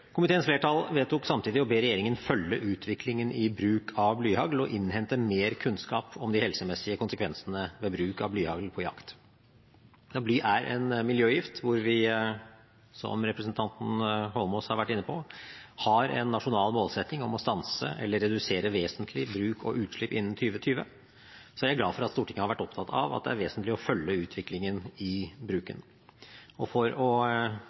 Komiteens flertall vedtok samtidig å be regjeringen følge utviklingen i bruk av blyhagl og innhente mer kunnskap om de helsemessige konsekvensene ved bruk av blyhagl på jakt. Når bly er en miljøgift hvor vi, som representanten Eidsvoll Holmås har vært inne på, har en nasjonal målsetting om å stanse eller redusere vesentlig bruk og utslipp innen 2020, er jeg glad for at Stortinget har vært opptatt av at det er vesentlig å følge utviklingen i bruken. Og for å